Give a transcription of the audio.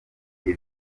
ibi